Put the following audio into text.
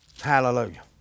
Hallelujah